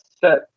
set